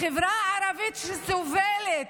החברה הערבית, שסובלת,